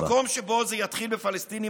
במקום שבו זה יתחיל בפלסטינים,